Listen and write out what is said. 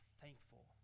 thankful